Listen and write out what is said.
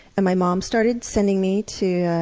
and my mom started sending me to a